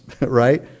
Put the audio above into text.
right